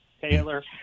Taylor